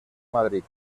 madrid